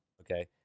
Okay